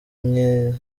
enye